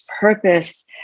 purpose